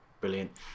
brilliant